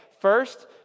first